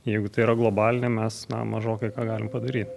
jeigu tai yra globalinė mes na mažokai ką galim padaryt